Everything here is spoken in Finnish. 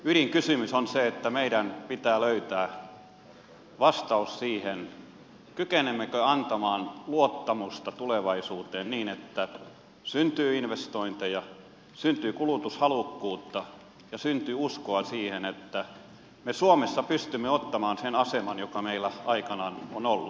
ydinkysymys on se että meidän pitää löytää vastaus siihen kykenemmekö antamaan luottamusta tulevaisuuteen niin että syntyy investointeja syntyy kulutushalukkuutta ja syntyy uskoa siihen että me suomessa pystymme ottamaan sen aseman joka meillä aikanaan on ollut